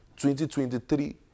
2023